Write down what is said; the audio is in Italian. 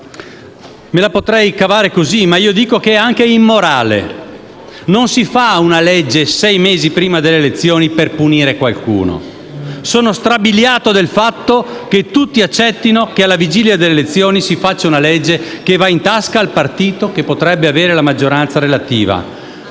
Me la potrei cavare così, ma io dico che è anche immorale. Non si fa una legge sei mesi prima delle elezioni per punire il Partito». «(…) sono strabiliato del fatto che tutti accettino che alla vigilia delle elezioni si fa una legge che va in tasca al partito che potrebbe essere quello di maggioranza relativa.